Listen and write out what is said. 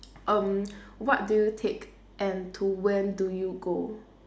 um what do you take and to when do you go